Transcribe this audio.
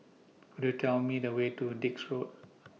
Could YOU Tell Me The Way to Dix Road